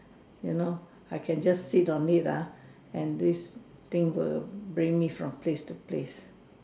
you know I can just sit on it ah and this thing will bring me from place to place